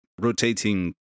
rotating